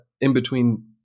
in-between